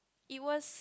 it was